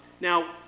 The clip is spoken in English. Now